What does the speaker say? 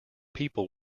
people